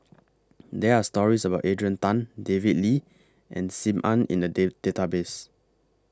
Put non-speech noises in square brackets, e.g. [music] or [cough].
There Are stories about Adrian Tan David Lee and SIM Ann in The [unintelligible] Database